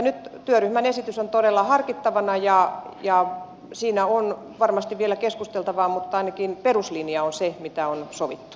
nyt työryhmän esitys on todella harkittavana ja siinä on varmasti vielä keskusteltavaa mutta ainakin peruslinja on se mitä on sovittu